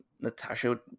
Natasha